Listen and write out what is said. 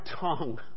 tongue